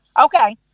Okay